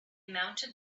mounted